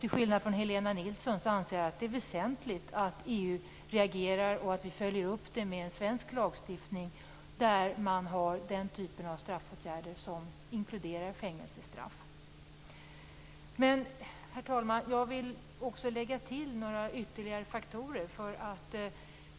Till skillnad från Helena Nilsson anser jag att det är väsentligt att EU reagerar och att vi följer upp det med en svensk lagstiftning med den typ av straffåtgärder som inkluderar fängelsestraff. Men, herr talman, jag vill också lägga till några ytterligare faktorer.